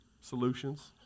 solutions